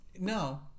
No